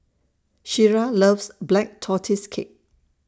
Shira loves Black Tortoise Cake